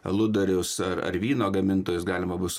aludarius ar ar vyno gamintojus galima bus